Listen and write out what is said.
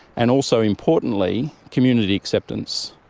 and also importantly community acceptance.